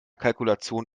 kalkulation